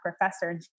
professor